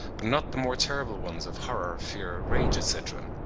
but not the more terrible ones of horror, fear, rage, etc.